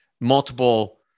multiple